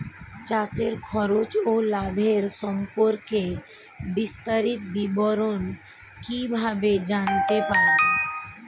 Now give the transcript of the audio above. চাষে খরচ ও লাভের সম্পর্কে বিস্তারিত বিবরণ কিভাবে জানতে পারব?